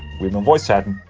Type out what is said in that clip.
we've been voice-chatting